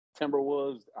Timberwolves